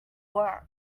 work